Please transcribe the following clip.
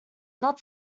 not